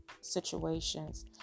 situations